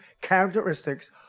characteristics